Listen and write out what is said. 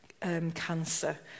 cancer